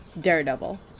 Daredevil